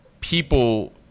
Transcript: people